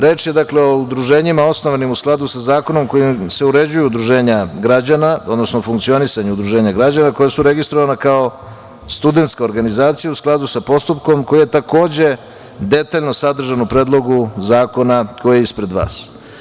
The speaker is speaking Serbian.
Reč je o udruženjima osnovanim u skladu sa zakonom kojim se uređuju udruženja građana, odnosno funkcionisanje udruženja građana koja su registrovana kao studentska organizacija u skladu sa postupkom koji je takođe detaljno sadržan u Predlogu zakona koji je ispred vas.